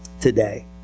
today